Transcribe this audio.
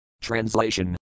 Translation